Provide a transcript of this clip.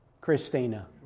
Christina